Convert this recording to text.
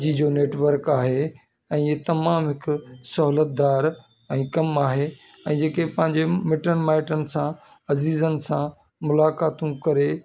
जी network आहे ऐं हीअ तमामु हिकु सहुलतदारु ऐं कमु आहे ऐं जेके पंहिंजे मिटनि माइटनि सां अज़ीजन सां मुलाकातूं करे